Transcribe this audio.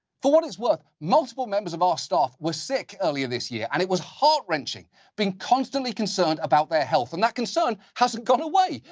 for what it's worth, multiple members of our staff were sick earlier this year, and it was heart-wrenching being constantly concerned about their health, and that concern hasn't gone away.